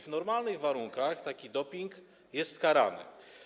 W normalnych warunkach taki doping jest karany.